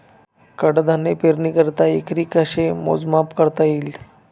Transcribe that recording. कडधान्य पेरणीकरिता एकरी कसे मोजमाप करता येईल?